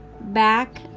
back